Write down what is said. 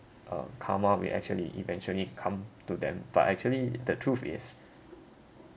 uh karma will actually eventually come to them but actually the truth is